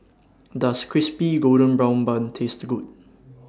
Does Crispy Golden Brown Bun Taste Good